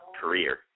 career